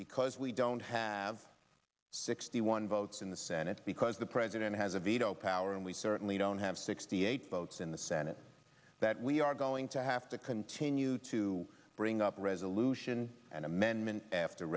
because we don't have sixty one votes in the senate because the president has a veto power and we certainly don't have sixty eight votes in the senate that we are going to have to continue to bring up resolution and amendment after